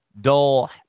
dull